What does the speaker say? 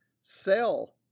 sell